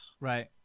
Right